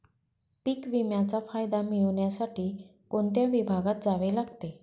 पीक विम्याचा फायदा मिळविण्यासाठी कोणत्या विभागात जावे लागते?